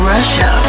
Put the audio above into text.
Russia